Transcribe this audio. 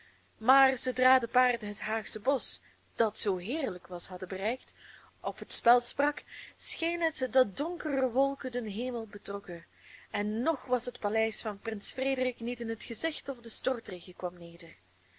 maar zoodra de paarden het haagsche bosch dat zoo heerlijk was hadden bereikt of het spel sprak scheen het dat donkere wolken den hemel betrokken en ng was het paleis van prins frederik niet in het gezicht of de stortregen kwam neder